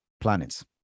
planets